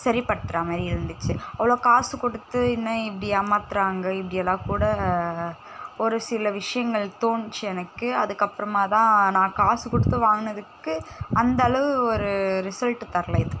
சரிப்படுத்துகிறா மாரி இருந்துச்சு அவ்வளோ காசு கொடுத்து என்ன இப்படி ஏமாத்துகிறாங்க இப்படி எல்லாம் கூட ஒரு சில விஷயங்கள் தோணுச்சு எனக்கு அதுக்கப்பறமாக தான் நான் காசு கொடுத்து வாங்குனதுக்கு அந்த அளவு ஒரு ரிசல்ட்டு தரலை இது